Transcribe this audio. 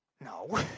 No